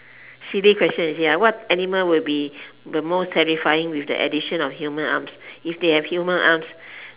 silly question you see ah what animal will be the most terrifying with the addition of human arms if they have human arms